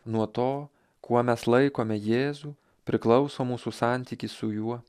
nuo to kuo mes laikome jėzų priklauso mūsų santykis su juo